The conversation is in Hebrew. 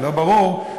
לא ברור,